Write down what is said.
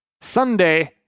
Sunday